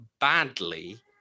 badly